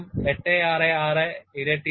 866 ഇരട്ടിയാണ്